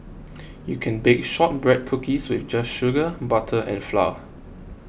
you can bake Shortbread Cookies with just sugar butter and flour